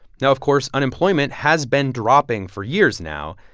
now, of course, unemployment has been dropping for years now.